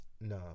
No